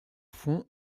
fond